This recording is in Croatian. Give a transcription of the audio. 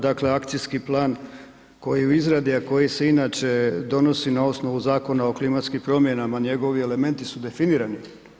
Dakle, akcijski plan koji je u izradi, a koji se inače donosi na osnovu Zakona o klimatskim promjenama, njegovi elementi su definirani.